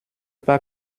pas